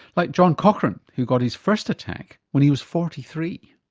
like john cochrane, who got his first attack when he was forty three.